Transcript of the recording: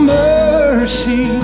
mercy